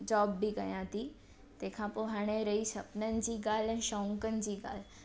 job बि कयां थी तंहिंखां पोइ हाणे रही सपननि जी ॻाल्हि शौंक़नि जी ॻाल्हि